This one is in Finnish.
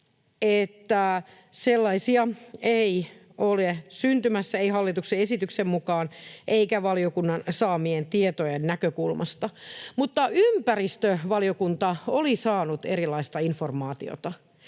että sellaisia ei ole syntymässä, ei hallituksen esityksen mukaan, eikä valiokunnan saamien tietojen näkökulmasta, mutta ympäristövaliokunta oli saanut erilaista informaatiota.